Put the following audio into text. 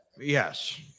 Yes